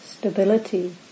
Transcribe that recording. Stability